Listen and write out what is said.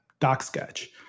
DocSketch